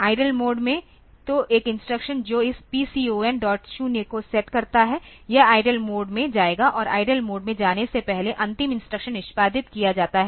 idle mode में तो एक इंस्ट्रक्शन जो इस PCON0 को सेट करता है यह आईडील मोड में जाएगा और आईडील मोड में जाने से पहले अंतिम इंस्ट्रक्शन निष्पादित किया जाता है